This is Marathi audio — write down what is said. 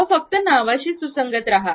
अहो फक्त नावांशी सुसंगत रहा